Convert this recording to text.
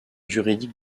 juridique